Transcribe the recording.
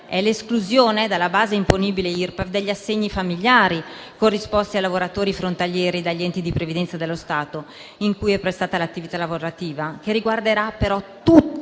Grazie,